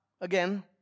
again